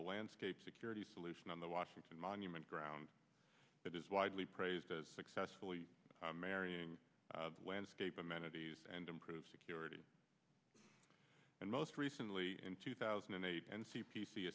the landscape security solution on the washington monument grounds it is widely praised as successfully marrying landscape a man and improve security and most recently in two thousand and eight and c p c